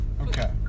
Okay